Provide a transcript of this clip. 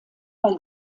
bei